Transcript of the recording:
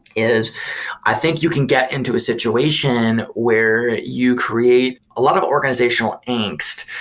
is i think you can get into a situation where you create a lot of organizational angst,